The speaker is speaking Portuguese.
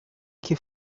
que